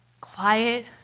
Quiet